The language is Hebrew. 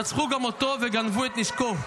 רצחו גם אותו וגנבו את נשקו,